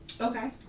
Okay